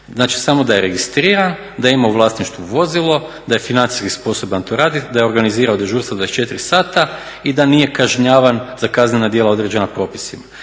Znači, samo da je registriran, da ima u vlasništvu vozilo, da je financijski sposoban to raditi, da je organizirao dežurstvo 24 sata i da nije kažnjavan za kaznena djela određena propisima.